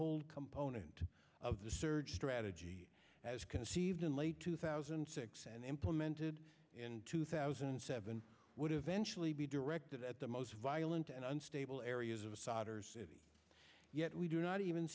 hold component of the surge strategy as conceived in late two thousand and six and implemented in two thousand and seven would eventually be directed at the most violent and unstable areas of the solders yet we do not even